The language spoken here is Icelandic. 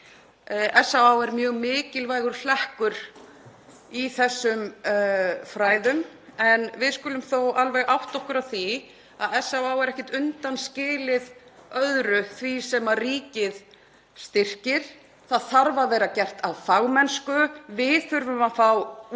SÁÁ er mjög mikilvægur hlekkur í þessum fræðum en við skulum þó alveg átta okkur á því að SÁÁ er ekkert undanskilið öðru því sem ríkið styrkir. Það þarf að vera gert af fagmennsku. Við þurfum að fá úttekt